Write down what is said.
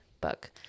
book